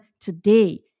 today